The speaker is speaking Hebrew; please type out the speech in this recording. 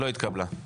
לא התקבלה.